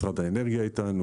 משרד האנרגיה איתנו,